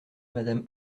madame